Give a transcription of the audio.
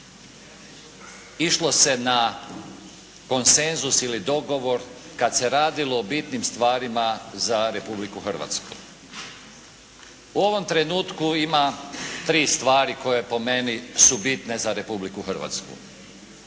išlo se na konsenzus ili dogovor kad se radilo o bitnim stvarima za Republiku Hrvatsku. U ovom trenutku ima 3 stvari koje po meni su bitne za Republiku Hrvatsku.